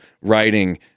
writing